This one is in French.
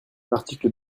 l’article